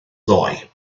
ddoe